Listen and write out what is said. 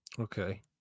Okay